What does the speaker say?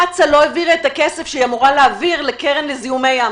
קצא"א לא העבירה את הכסף שהיא אמורה להעביר לקרן לזיהומי ים.